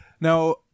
Now